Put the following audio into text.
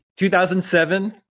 2007